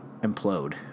implode